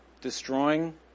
Destroying